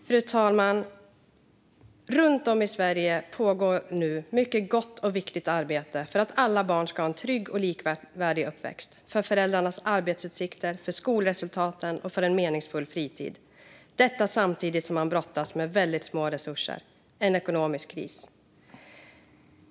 Fru talman! Runt om i Sverige pågår nu ett mycket gott och viktigt arbete för att alla barn ska ha en trygg och likvärdig uppväxt, för föräldrarnas arbetsutsikter, för skolresultaten och för en meningsfull fritid, samtidigt som man brottas med väldigt små resurser och en ekonomisk kris.